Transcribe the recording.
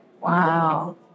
Wow